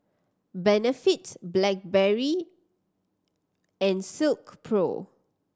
Benefit Blackberry and Silkpro